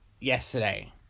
yesterday